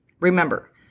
Remember